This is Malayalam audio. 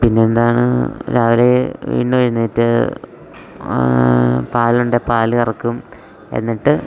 പിന്നെന്താണ് രാവിലെ വീണ്ടും എഴുന്നേറ്റ് പാൽ ഉണ്ടേൽ പാല് കറക്കും എന്നിട്ട്